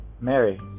Mary